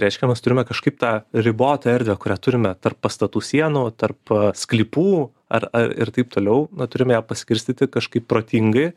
reiškia mes turime kažkaip tą ribotą erdvę kurią turime tarp pastatų sienų tarp sklypų ar ir taip toliau na turime ją paskirstyti kažkaip protingai